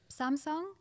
Samsung